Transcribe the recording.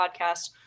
podcast